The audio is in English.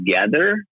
together